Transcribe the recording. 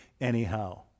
Anyhow